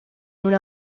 una